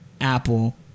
Apple